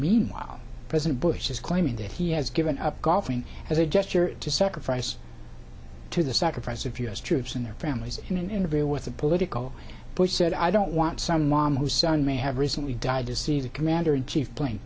meanwhile president bush is claiming that he has given up golfing as a gesture to sacrifice to the sacrifice of u s troops and their families in an interview with a political bush said i don't want some mom whose son may have recently died to see the commander in chief playing